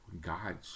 God